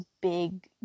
big